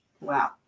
Wow